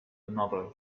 another